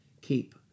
Keep